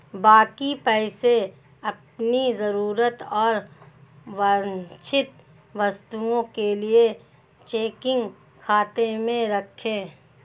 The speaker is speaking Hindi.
बाकी पैसे अपनी जरूरत और वांछित वस्तुओं के लिए चेकिंग खाते में रखें